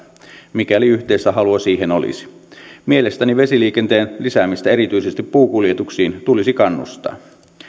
mikäli yhteistä halua siihen olisi mielestäni vesiliikenteen lisäämistä erityisesti puukuljetuksiin tulisi kannustaa